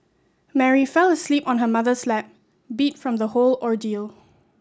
Mary fell asleep on her mother's lap beat from the whole ordeal